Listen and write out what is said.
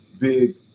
big